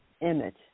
image